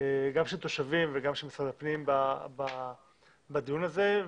גם של תושבים וגם של משרד הפנים, בדיון הזה.